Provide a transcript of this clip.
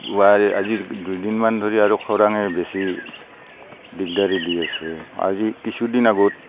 আজি দুদিনমান ধৰি আৰু খৰাঙে বেছি দিগদাৰী দি আছে আজি কিছুদিন আগত